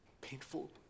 painful